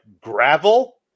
gravel